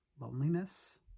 Loneliness